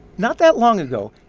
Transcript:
not that long ago,